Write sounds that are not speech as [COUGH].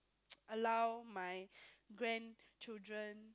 [NOISE] allow my grandchildren